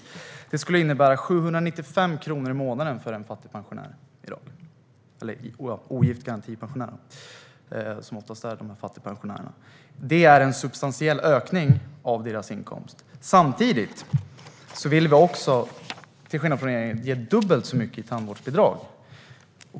Det här skulle i dag innebära 795 kronor i månaden för en ogift garantipensionär, vilket fattigpensionärerna oftast är. Det är en substantiell ökning av deras inkomst. Samtidigt vill vi till skillnad från regeringen ge dubbelt så mycket i tandvårdsbidrag.